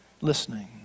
listening